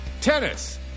Tennis